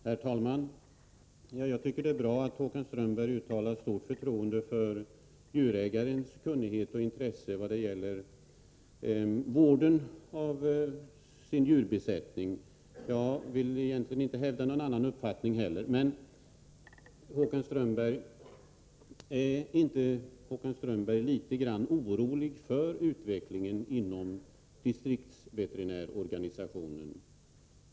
Herr talman! Jag tycker det är bra att Håkan Strömberg uttalar så stort förtroende för djurägarens kunnighet och intresse för vården av sin djurbesättning. Jag vill egentligen inte heller hävda någon annan uppfattning. Men är inte Håkan Strömberg litet grand orolig för utveckligen inom distriktsveterinärsorganisationen?